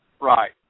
Right